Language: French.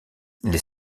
les